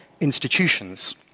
institutions